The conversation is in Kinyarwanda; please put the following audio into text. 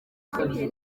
mfite